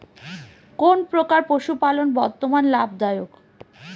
কোন প্রকার পশুপালন বর্তমান লাভ দায়ক?